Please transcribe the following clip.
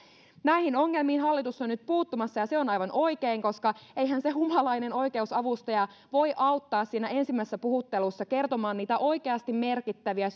näihin ongelmiin hallitus on nyt puuttumassa ja se on aivan oikein koska eihän se humalainen oikeusavustaja voi auttaa siinä ensimmäisessä puhuttelussa kertomaan niitä oikeasti merkittäviä